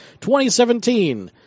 2017